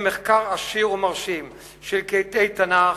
הם מחקר עשיר ומרשים של קטעי תנ"ך,